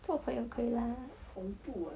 做朋友可以 ah